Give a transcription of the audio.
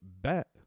bet